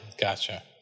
gotcha